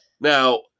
now